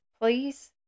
please